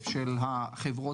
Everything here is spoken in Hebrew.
מעל 90% מהפעילות בשוק.